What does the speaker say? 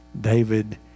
David